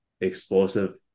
explosive